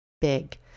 big